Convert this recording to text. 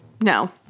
No